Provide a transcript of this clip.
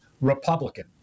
Republican